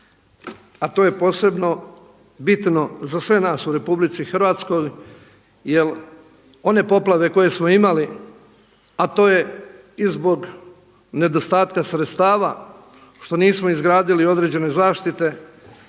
a to je posebno bitno za sve nas u Republici Hrvatskoj jer one poplave koje smo imali a to je i zbog nedostatka sredstava što nismo izgradili određene zaštite